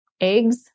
eggs